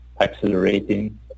accelerating